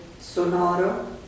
sonoro